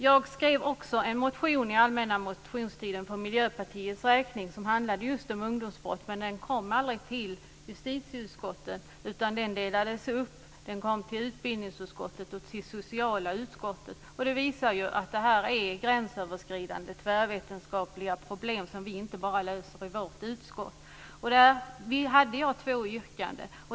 Jag skrev också en motion under allmänna motionstiden för Miljöpartiets räkning som handlade just om ungdomsbrott, men den kom aldrig till justitieutskottet utan delades upp. Den kom till utbildningsutskottet och till socialutskottet, och det visar att detta är gränsöverskridande tvärvetenskapliga problem som vi inte löser bara i vårt utskott. Där gjorde jag två yrkanden.